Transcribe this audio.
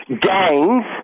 gangs